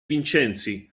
vincenzi